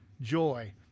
joy